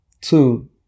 two